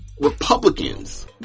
Republicans